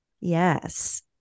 Yes